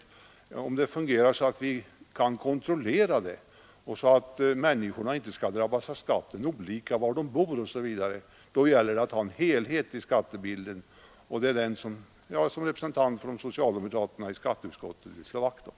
Systemet skall fungera så att vi kan kontrollera verkningarna och så att människorna inte drabbas olika av skatten beroende på var de bor. Det gäller då också att ha en helhet i skattebilden, och det är den helheten som jag i egenskap av tepresentant för socialdemokraterna i skatteutskottet vill slå vakt om.